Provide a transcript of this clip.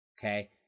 Okay